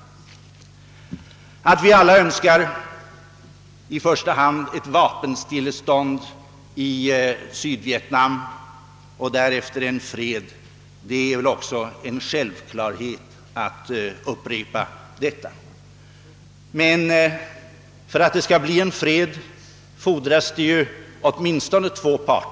Det är väl också en självklarhet att upprepa att vi alla i första hand önskar ett vapenstillestånd i Sydvietnam och därefter fred. För att det skall bli en fred fordras det åtminstone deltagande av två